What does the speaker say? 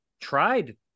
tried